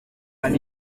hari